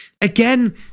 again